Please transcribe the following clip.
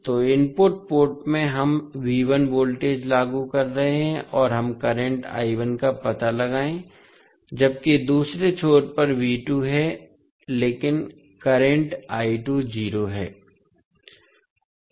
तो input port में हम V1 वोल्टेज लागू कर रहे हैं और हम करंट I1 का पता लगाएं जबकि दूसरे छोर पर V2 है लेकिन करंट I2 0 है